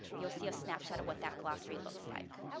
you'll see a snapshot of what that glossary looks like.